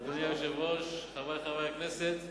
אדוני היושב-ראש, חברי חברי הכנסת,